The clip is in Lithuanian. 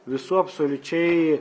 visų absoliučiai